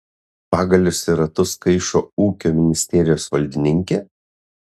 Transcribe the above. pagalius į ratus kaišo ūkio ministerijos valdininkė